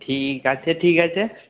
ঠিক আছে ঠিক আছে